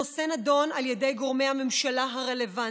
הנושא נדון על ידי גורמי הממשלה הרלוונטיים,